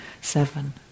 seven